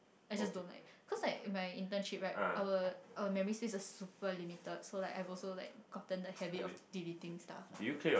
I just don't like cause like my internship right our our memory space is super limited so like I've also like gotten the habit of deleting stuff lah